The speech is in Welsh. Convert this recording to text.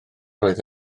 roedd